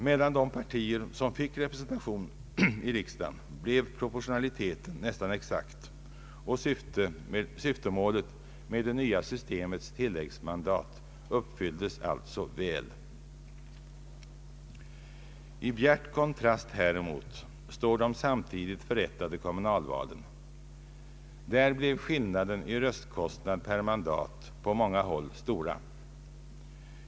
Mellan de partier som fick representation i riksdagen blev proportionaliteten nästan exakt, och syftemålet med det nya systemets tilläggsmandat uppfylldes alltså väl. I bjärt kontrast häremot står de samtidigt förrättade kommunalvalen. Där blev skillnaden i röstkostnad per mandat på många håll stor.